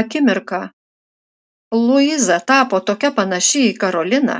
akimirką luiza tapo tokia panaši į karoliną